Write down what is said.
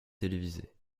télévisées